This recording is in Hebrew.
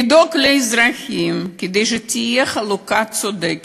לדאוג לאזרחים כדי שתהיה חלוקה צודקת.